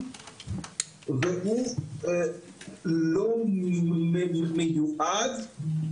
הוא לא באמת אסיר